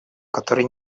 которые